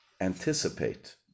anticipate